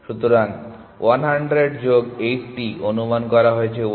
সুতরাং 100 যোগ 80 অনুমান করা হয়েছে 180